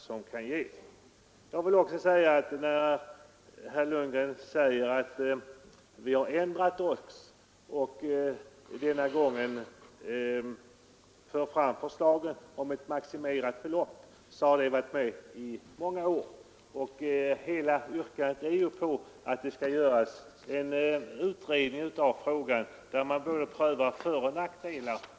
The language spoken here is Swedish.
Herr Lundgren säger också att vi har ändrat oss och denna gång föreslagit ett maximerat belopp, men det har vi föreslagit under många år. Yrkandet går ut på att en utredning skall pröva föroch nackdelar.